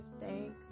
thanks